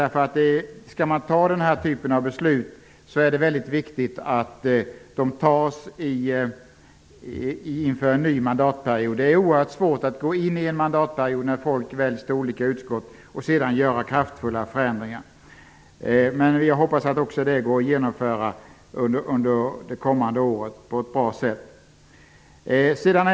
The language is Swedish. Skall man fatta den här typen av beslut är det väldigt viktigt att de fattas inför en ny mandatperiod. Det är oerhört svårt att gå in under en mandatperiod när folk valts till olika utskott och göra kraftfulla förändringar. Vi hoppas att också den frågan kan hanteras under det kommande året på ett bra sätt.